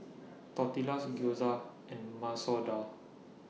Tortillas Gyoza and Masoor Dal